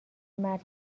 مرگ